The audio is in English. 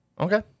Okay